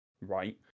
right